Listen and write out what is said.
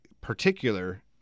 particular